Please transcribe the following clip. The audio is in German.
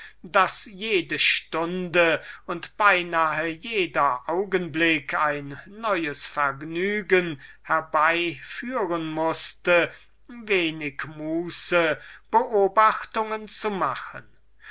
daß jede stunde und beinahe jeder augenblick ein neues vergnügen herbeiführen mußte wenig muße beobachtungen zu machen